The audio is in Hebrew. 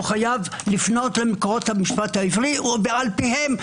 חייב לפנות למקורות המשפט העברי ועל פיהם,